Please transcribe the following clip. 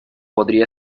podría